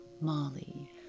Molly